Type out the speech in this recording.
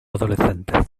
adolescentes